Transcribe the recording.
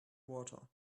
water